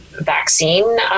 vaccine